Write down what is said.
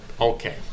okay